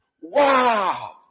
Wow